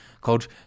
called